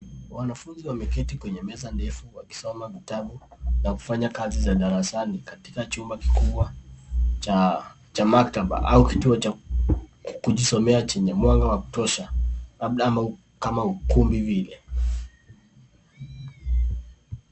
Wanafunzi wameketi kwenye meza ndefu wakisoma vitabu na kufanya kazi za darasani katika chumba kikubwa cha maktaba au kituo cha kujisomea chenye mwanga wa kutosha labda kama ukumbi vile.